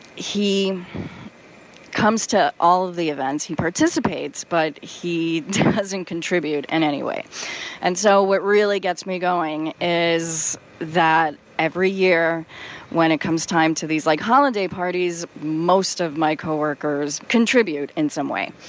he comes to all of the events. he participates, but he doesn't contribute in any way and so what really gets me going is that every year when it comes time to these, like, holiday parties, most of my co-workers contribute in some way.